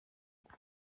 igwa